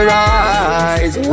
rise